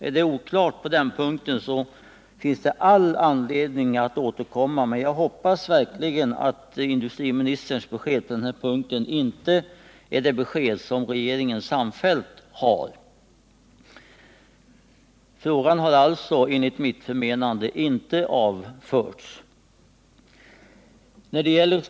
Är det oklart på denna punkt finns det all anledning att återkomma, men jag hoppas verkligen att industriministerns besked på den här punkten inte är det besked som regeringen samfällt ger. Frågan har enligt mitt förmenande inte avförts.